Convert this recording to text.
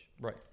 Right